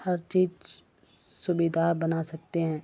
ہر چیز سویدھا بنا سکتے ہیں